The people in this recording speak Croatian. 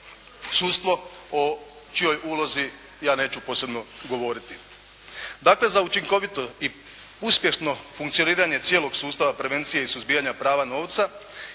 sudstvo o čijoj ulozi ja neću posebno govoriti. Dakle, za učinkovito i uspješno funkcioniranje cijelog sustava prevencije i suzbijanja pranja novca